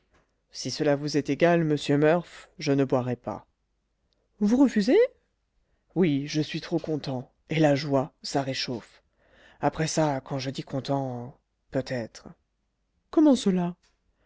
si cela vous est égal monsieur murph je ne boirai pas vous refusez oui je suis trop content et la joie ça réchauffe après ça quand je dis content peut-être comment cela